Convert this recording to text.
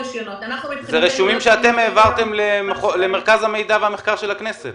אלה רישומים שאתם העברתם למרכז המידע והמחקר של הכנסת.